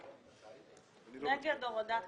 מי נמנע?